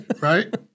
right